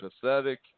pathetic